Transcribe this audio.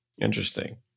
Interesting